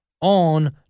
on